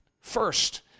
first